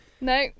No